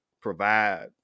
provide